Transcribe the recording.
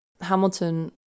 Hamilton